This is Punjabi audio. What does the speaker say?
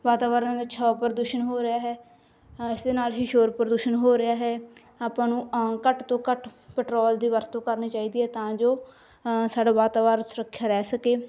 ਵਾਤਾਵਰਨ ਵਿੱਚ ਹਵਾ ਪ੍ਰਦੂਸ਼ਣ ਹੋ ਰਿਹਾ ਹੈ ਇਸ ਦੇ ਨਾਲ ਹੀ ਸ਼ੋਰ ਪ੍ਰਦੂਸ਼ਣ ਹੋ ਰਿਹਾ ਹੈ ਆਪਾਂ ਨੂੰ ਘੱਟ ਤੋਂ ਘੱਟ ਪਟਰੋਲ ਦੀ ਵਰਤੋਂ ਕਰਨੀ ਚਾਹੀਦੀ ਹੈ ਤਾਂ ਜੋ ਸਾਡਾ ਵਾਤਾਵਰਨ ਸੁਰੱਖਿਅਤ ਰਹਿ ਸਕੇ